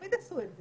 תמיד עשו את זה.